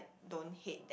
don't hate them